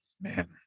Man